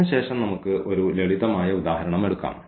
അതിനുശേഷം നമുക്ക് ഒരു ലളിതമായ ഉദാഹരണം എടുക്കാം